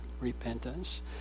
repentance